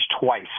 twice